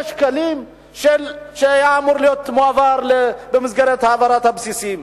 שקלים שאמורים להיות מועברים במסגרת העברת הבסיסים.